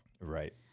Right